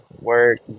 Work